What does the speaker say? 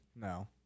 No